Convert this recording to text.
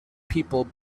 people